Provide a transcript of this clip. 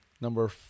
Number